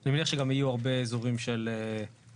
אני מניח שגם יהיו הרבה אזורים של צורך